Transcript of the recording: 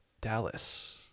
Dallas